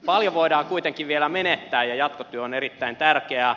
paljon voidaan kuitenkin vielä menettää ja jatkotyö on erittäin tärkeää